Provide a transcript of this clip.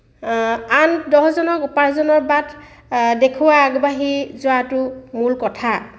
আন দহজনক উপাৰ্জনৰ বাট দেখুৱাই আগবাঢ়ি যোৱাটো মূল কথা